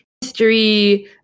history